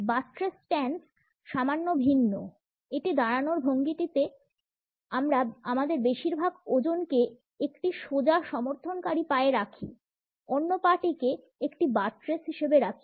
buttress stance সামান্য ভিন্ন এই দাড়ানোর ভঙ্গিটিতে আমরা আমাদের বেশিরভাগ ওজনকে একটি সোজা সমর্থনকারী পায়ে রাখি অন্য পা টিকে একটি বাট্রেস হিসাবে রাখি